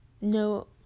no